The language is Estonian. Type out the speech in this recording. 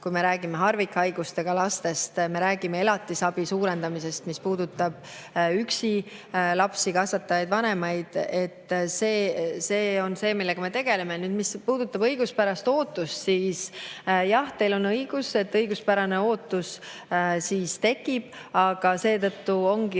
me räägime harvikhaigustega lastest, me räägime elatisabi suurendamisest, mis puudutab lapsi üksi kasvatavaid vanemaid. See on see, millega me tegeleme. Mis puudutab õiguspärast ootust, siis jah, teil on õigus, et õiguspärane ootus siis tekib, aga seetõttu ongi